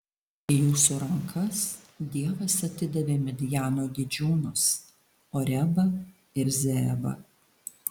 į jūsų rankas dievas atidavė midjano didžiūnus orebą ir zeebą